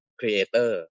creator